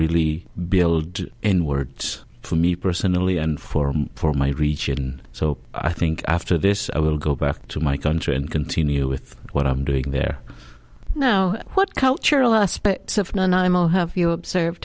really be able to in words for me personally and for for my region so i think after this i will go back to my country and continue with what i'm doing there now what cultural aspects of have you observe